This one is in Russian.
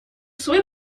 свои